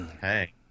Hey